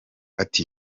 ati